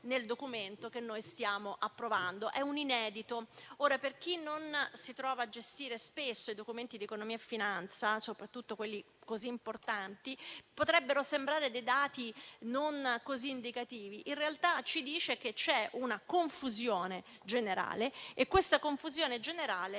nel Documento che stiamo approvando, perché si tratta di un inedito. Ora, per chi non si trova a gestire spesso i documenti di economia e finanza, soprattutto quelli così importanti, potrebbero sembrare dati non così indicativi. In realtà questo ci dice che c'è una confusione generale, che non potrà